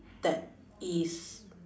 that is